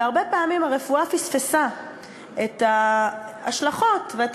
והרבה פעמים הרפואה פספסה את ההשלכות ואת